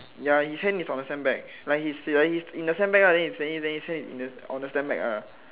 ya his hand is on the sandbag like he is he's in the sandbag lah then he standing then his hand is in on the sandbag ah